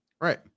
Right